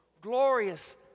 glorious